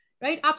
Right